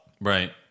Right